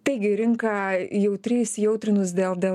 taigi rinka jautri įsijautrinus dėl dėl